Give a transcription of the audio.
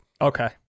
okay